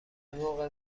موقع